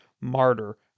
martyr